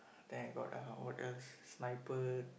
then I got uh what else sniper